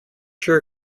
sure